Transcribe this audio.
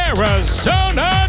Arizona